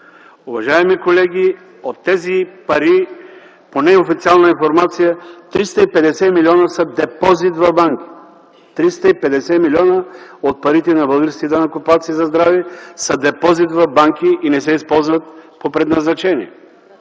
Уважаеми колеги, от тези пари по неофициална информация 350 млн. лв. са депозит в банки. Триста и петдесет милиона от парите на българските данъкоплатци за здраве са депозит в банки и не се използват по предназначение!